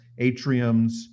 atriums